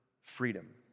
freedom